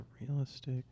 realistic